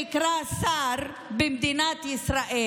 שנקרא שר במדינת ישראל,